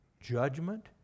judgment